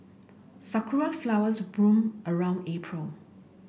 sakura flowers bloom around April